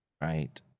right